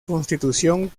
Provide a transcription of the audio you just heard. constitución